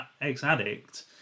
ex-addict